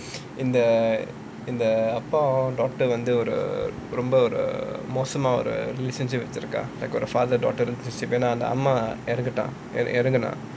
in the in the அப்பா:appa doctor வந்து ஒரு ரொம்ப ஒரு மோசமா ஒரு இது செஞ்சு வித்துருகான்:vanthu oru romba oru mosamaa oru ithu senju vithurukaan I got the father daughter அம்மா இறந்துட்டா:amma iranthutaa